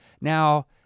now